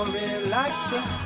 relaxing